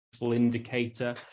indicator